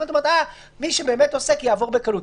אם את אומרת שמי שבאמת עוסקת יעבור בקלות,